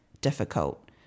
difficult